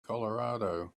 colorado